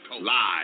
live